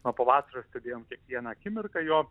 o pavasaris kiekvieną akimirką jo